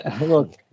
Look